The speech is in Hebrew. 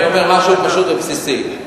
אני אומר משהו פשוט ובסיסי.